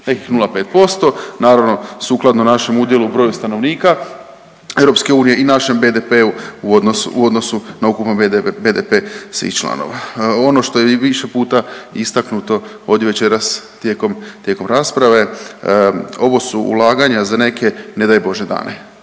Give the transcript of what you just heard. nekih 0,5% naravno sukladno našem udjelu, broju stanovnika EU i našem BDP-u u odnosu na ukupan BDP svih članova. Ono što je i više puta istaknuto ovdje večeras tijekom rasprave ovo su ulaganja za neke ne daj Bože dane.